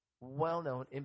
well-known